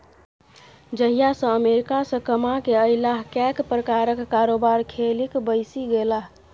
जहिया सँ अमेरिकासँ कमाकेँ अयलाह कैक प्रकारक कारोबार खेलिक बैसि गेलाह